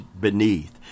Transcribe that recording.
beneath